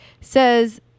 Says